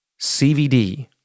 CVD